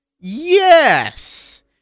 yes